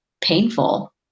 painful